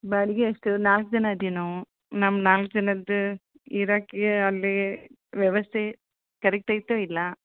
ಬಾಡಿಗೆ ಎಷ್ಟು ನಾಲ್ಕು ಜನ ಇದ್ದೀವಿ ನಾವು ನಮ್ಮ ನಾಲ್ಕು ಜನದ್ದು ಇರೋಕೆ ಅಲ್ಲಿ ವ್ಯವಸ್ಥೆ ಕರೆಕ್ಟ್ ಐತೋ ಇಲ್ಲಾ